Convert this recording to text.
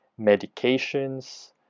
medications